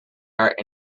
art